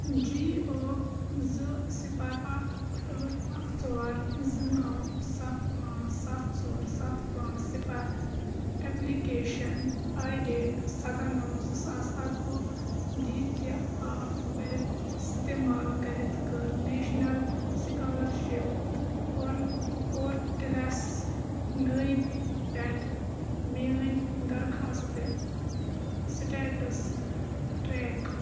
جی او زٕ سِپَر اَکھ ٲٹھ ٲٹھ اَکھ ژور زٕ نَو سَتھ پانٛژھ سَتھ ژور سَتھ پانٛژھ سِپَر اٮ۪پلِکیشَن آی ڈیٹ سَداہ نَو زٕ ساس اَکہٕ وُہ ڈے تہِ آف بٔرٕتھ اِستعمال کٔرِتھ کٔر نیشنَل سِکالَرشِپ پورَن پورٹِلَس نٔے پٮ۪ٹھ میٛٲنۍ دَرخواستہٕ سٕٹیٹَس ٹرٛیک